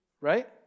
Right